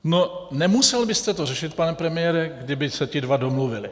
No, nemusel byste to řešit, pane premiére, kdyby se ti dva domluvili.